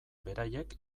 beraiek